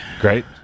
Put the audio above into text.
Great